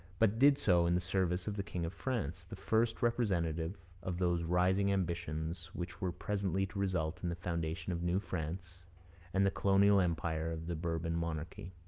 but did so in the service of the king of france, the first representative of those rising ambitions which were presently to result in the foundation of new france and the colonial empire of the bourbon monarchy.